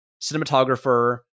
cinematographer